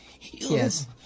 Yes